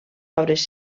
obres